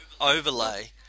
overlay